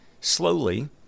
slowly